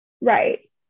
Right